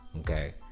Okay